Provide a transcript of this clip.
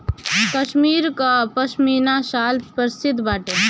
कश्मीर कअ पशमीना शाल प्रसिद्ध बाटे